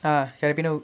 ah carribean